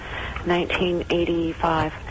1985